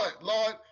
Lord